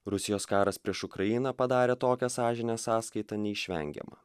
rusijos karas prieš ukrainą padarė tokią sąžinės sąskaitą neišvengiamą